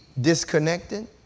disconnected